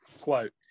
Quote